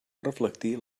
reflectir